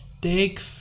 Take